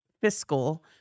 fiscal